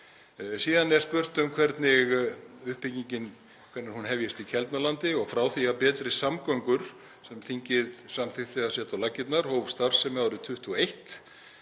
Síðan er spurt um hvenær uppbyggingin hefjist í Keldnalandi. Frá því að Betri samgöngur, sem þingið samþykkti að setja á laggirnar, hófu starfsemi árið 2021